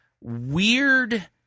weird